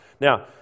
Now